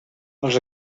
els